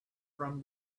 from